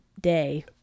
day